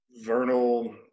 Vernal